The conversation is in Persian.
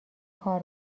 کار